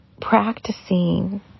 practicing